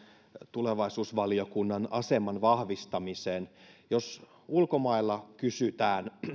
tulevaisuusvaliokunnan aseman vahvistamiseen jos ulkomailla kysytään